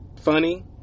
funny